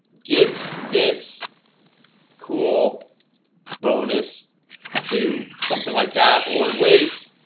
gets this cool bonus to something like that or wait